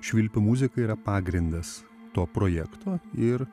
švilpių muzika yra pagrindas to projekto ir